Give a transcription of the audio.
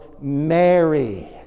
Mary